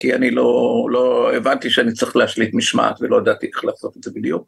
כי אני לא, לא הבנתי שאני צריך להשליט משמעת ולא ידעתי איך לעשות את זה בדיוק